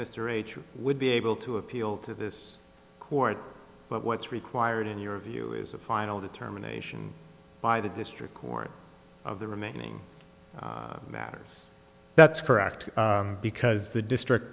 h would be able to appeal to this court but what's required in your view is a final determination by the district court of the remaining matters that's correct because the district